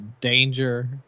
Danger